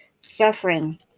Suffering